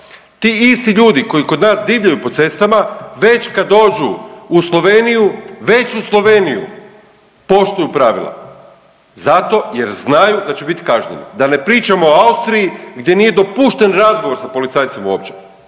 Ti isti ljudi koji kod nas divljaju po cestama već kad dođu u Sloveniju već u Sloveniji poštuju pravila zato jer znaju da će biti kažnjeni, da ne pričam o Austriji gdje nije dopušten razgovor sa policajcima uopće.